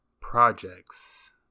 Projects